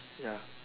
ya